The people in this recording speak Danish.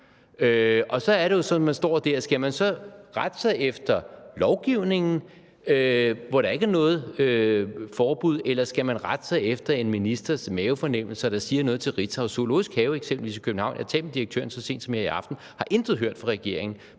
og spørger sig selv, om man så skal rette sig efter lovgivningen, hvor der ikke er noget forbud, eller man skal rette sig efter en ministers mavefornemmelser, hvor ministeren siger noget til Ritzau. Zoologisk Have i København – jeg har talt med direktøren så sent som her til aften – har eksempelvis intet hørt fra regeringen,